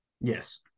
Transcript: Yes